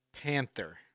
Panther